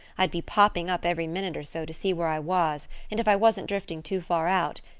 i'd be popping up every minute or so to see where i was and if i wasn't drifting too far out.